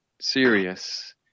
serious